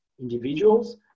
individuals